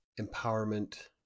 empowerment